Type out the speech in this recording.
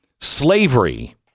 Slavery